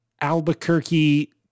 Albuquerque